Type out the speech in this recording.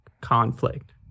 conflict